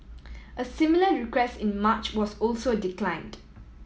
a similar request in March was also declined